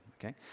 okay